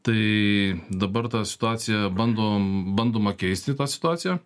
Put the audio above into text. tai dabar tą situaciją bandom bandoma keisti tą situaciją